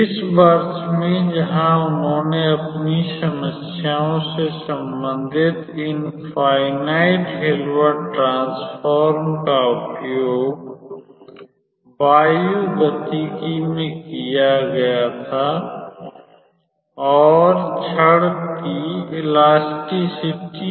इस वर्ष में जहां उन्होंने अपनी समस्याओं से संबंधित इन फ़ाईनाइट हिल्बर्ट ट्रांसफॉर्म का उपयोग वायुगतिकी में किया और फिर यह मेम्ब्रन की इलास्टिसिटि में इलास्टिसिटि अनुप्रयोगों में भी दिखाया गया था